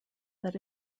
that